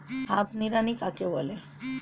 হাত নিড়ানি কাকে বলে?